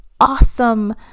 awesome